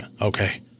okay